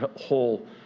whole